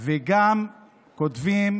וגם כותבים